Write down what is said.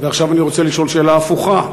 ועכשיו אני רוצה לשאול שאלה הפוכה,